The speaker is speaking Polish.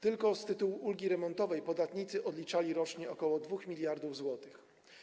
Tylko z tytułu ulgi remontowej podatnicy odliczali rocznie ok. 2 mld zł.